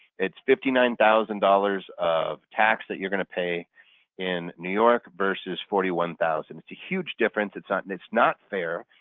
it's fifty nine thousand dollars of tax that you're going to pay in new york versus forty one thousand dollars. it's a huge difference. it's not and it's not fair.